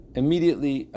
immediately